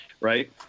right